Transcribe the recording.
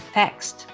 text